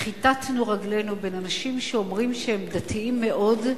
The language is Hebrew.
וכיתתנו רגלינו בין אנשים שאומרים שהם דתיים מאוד,